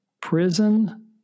Prison